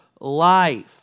life